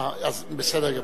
אה, אז בסדר גמור.